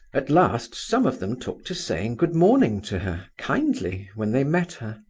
at last some of them took to saying good-morning to her, kindly, when they met her.